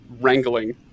wrangling